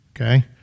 okay